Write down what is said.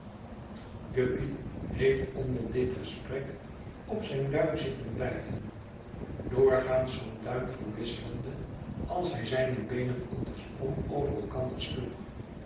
guppy heeft onder dit gesprek op zijn duim zitten bijten doorgaans van duim verwisselende als hij zijne beenen andersom over elkander sloeg